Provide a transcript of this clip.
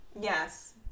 Yes